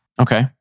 Okay